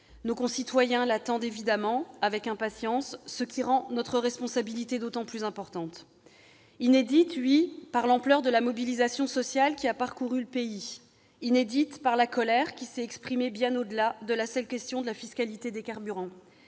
Nos concitoyens l'attendent évidemment avec impatience, ce qui rend notre responsabilité d'autant plus importante. Cette séquence est inédite par l'ampleur de la mobilisation sociale qui a parcouru le pays ; inédite par la colère qui s'est exprimée bien au-delà de la seule question de la fiscalité des carburants